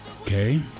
Okay